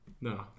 No